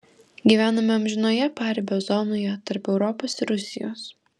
gyvename amžinoje paribio zonoje tarp europos ir rusijos